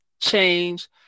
change